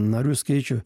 narių skaičių